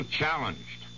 challenged